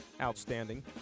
outstanding